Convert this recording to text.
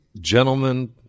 gentlemen